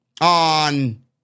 on